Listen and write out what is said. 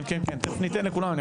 כן, כן, תיכף ניתן לכולם.